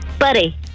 Buddy